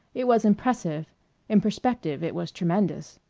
it was impressive in perspective it was tremendous.